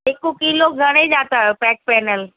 हिकु किलो घणे जा त फ्रैग पैनिल